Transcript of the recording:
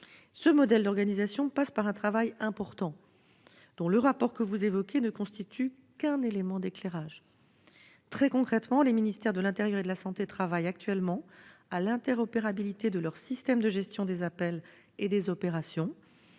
Ce modèle d'organisation passe par un travail important, dont le rapport que vous évoquez ne constitue qu'un élément d'éclairage. Très concrètement, les ministères de l'intérieur et de la santé travaillent actuellement à l'interopérabilité de leurs systèmes de gestion des appels et des opérations.